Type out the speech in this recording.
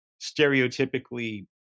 stereotypically